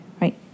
right